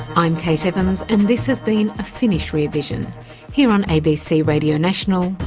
i'm kate evans and this has been a finnish rear vision here on abc radio national,